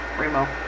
Remo